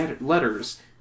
letters